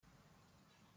类似